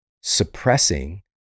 suppressing